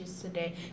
today